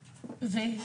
לצערי.